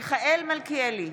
מיכאל מלכיאלי,